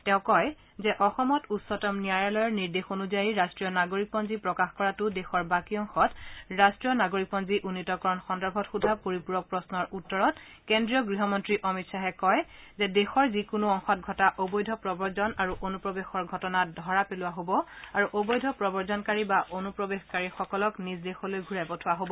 তেওঁ কয় যে অসমত উচ্চতম ন্যায়ালয়ৰ নিৰ্দেশ অনুযায়ী ৰাষ্ট্ৰীয় নাগৰিকপঞ্জী প্ৰকাশ কৰাটো দেশৰ বাকী অংশত ৰাষ্ট্ৰীয় নাগৰিকপঞ্জী উন্নীতকৰণ সন্দৰ্ভত সোধা পৰিপূৰক প্ৰধ্নৰ উত্তৰত কেন্দ্ৰীয় গৃহ মন্ত্ৰী অমিত খাহে কয় যে দেশৰ যিকোনো অংশত ঘটা অবৈধ প্ৰৱজন আৰু অনুপ্ৰৱেশৰ ঘটনা ধৰা পেলোৱা হ'ব আৰু অবৈধ প্ৰৱজনকাৰী বা অনুপ্ৰৱেশকাৰীসকলক নিজ দেশলৈ ঘূৰাই পঠোৱা হব